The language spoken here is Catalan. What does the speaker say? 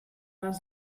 les